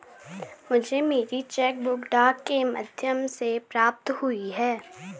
मुझे मेरी cheque book डाक के माध्यम से प्राप्त हुई है